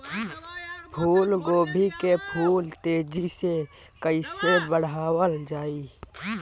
फूल गोभी के फूल तेजी से कइसे बढ़ावल जाई?